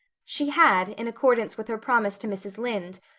she had, in accordance with her promise to mrs. lynde,